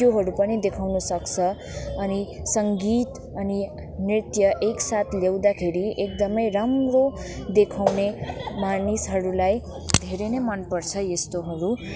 त्योहरू पनि देखाउन सक्छ अनि सङ्गीत अनि नृत्य एकसाथ ल्याउँदाखेरि एकदमै राम्रो देखाउने मानिसहरूलाई धेरै नै मन पर्छ यस्तोहरू